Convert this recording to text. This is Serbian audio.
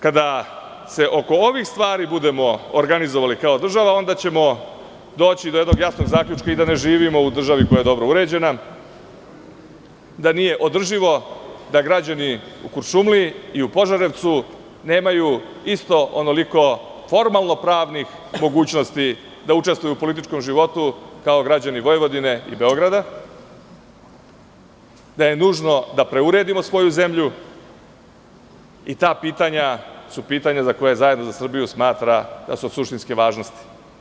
Kada se oko ovih stvari budemo organizovali kao država, onda ćemo doći do jednog jasnog zaključka i da ne živimo u državi koja je dobro uređena, da nije održivo da građani u Kuršumliji i u Požarevcu nemaju isto onoliko formalno pravnih mogućnosti da učestvuju u političkom životu kao građani Vojvodine i Beograda, da je nužno da preuredimo svoju zemlju i ta pitanja su pitanja, dakle, Zajedno za Srbiju smatra da su od suštinske važnosti.